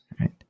Right